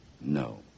No